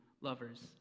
lovers